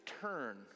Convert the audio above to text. turn